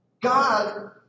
God